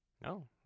No